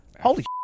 Holy